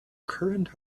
current